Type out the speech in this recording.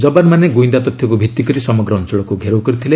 ଯବାନମାନେ ଗୁଇନ୍ଦା ତଥ୍ୟକୁ ଭିତ୍ତିକରି ସମଗ୍ର ଅଞ୍ଚଳକୁ ଘେରଉ କରିଥିଲେ